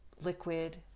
liquid